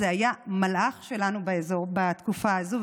הוא היה מלאך שלנו בתקופה הזו,